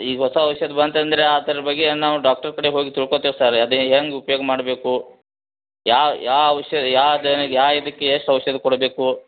ಈಗ ಹೊಸ ಹೊಸಾದ ಬಂತಂದರೆ ಆತರ್ ಬಗ್ಗೆ ನಾವು ಡಾಕ್ಟರ್ ಕಡೆ ಹೋಗಿ ತಿಳ್ಕೊತೇವೆ ಸರ್ ಅದು ಹೆಂಗ್ ಉಪ್ಯೋಗ ಮಾಡಬೇಕು ಯಾವ ಯಾವ ಔಷ ಯಾವ ದನಗ್ ಯಾವ ಇದಕ್ಕೆ ಎಷ್ ಔಷಧ ಕೊಡಬೇಕು